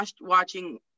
watching